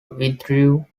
withdrew